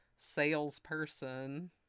Salesperson